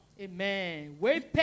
Amen